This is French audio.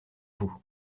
vous